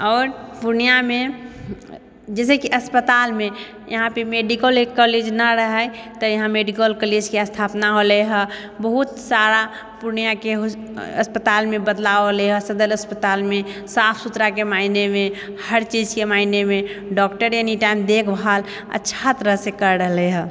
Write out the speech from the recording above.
आओर पूर्णियामे जइसेकि अस्पतालमे यहाँपर मेडिकल एक कॉलेज नहि रहै यहाँ मेडिकल कॉलेजके स्थापना होलै हऽ बहुत सारा पूर्णियाके अस्पतालमे बदलाव एलै हऽ सदर अस्पतालमे साफ सुथराके माइनेमे हर चीजके माइनेमे डॉक्टर एनीटाइम देखभाल अच्छा तरहसँ करि रहलै हऽ